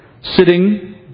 sitting